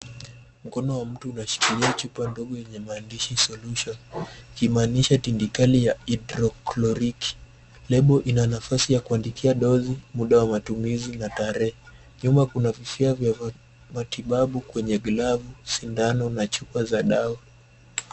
Mkono wa mtu unashikilia chupa ndogo yenye maandishi solution ikimaanisha kemikali ya haidrokloriki. Lebo ina nafasi ya kuandikia dose na muda wa matumizi na tarehe. Nyuma kuna vifaa vya matibabu kwenye glavu, sindano na chupa za dawa.